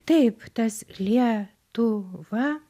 taip tas lie tu va